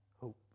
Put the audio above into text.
hope